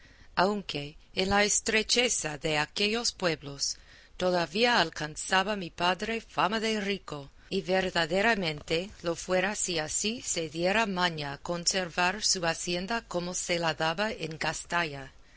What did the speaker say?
aunque en la estrecheza de aquellos pueblos todavía alcanzaba mi padre fama de rico y verdaderamente lo fuera si así se diera maña a conservar su hacienda como se la daba en gastalla